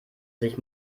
sich